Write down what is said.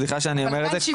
סליחה שאני אומר את זה,